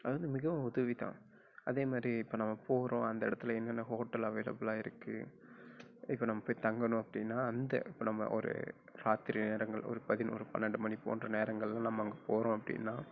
அது வந்து மிகவும் உதவி தான் அதே மாதிரி இப்போ நம்ம போகிறோம் அந்த இடத்துல என்னென்ன ஹோட்டல் அவெலபுளாக இருக்குது இப்போ நம்ம போய் தங்கணும் அப்படின்னா அந்த இப்போ நம்ம ஒரு இராத்திரி நேரங்கள் ஒரு பதினொரு பன்னெண்டு மணி போன்ற நேரங்களில் நம்ம அங்கே போகிறோம் அப்படின்னா